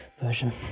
version